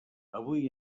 avui